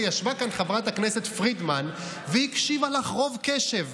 ישבה כאן חברת הכנסת פרידמן והיא הקשיבה לך ברוב קשב.